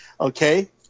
okay